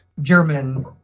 German